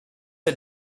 are